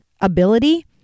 ability